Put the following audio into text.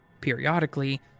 Periodically